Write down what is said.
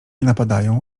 napadają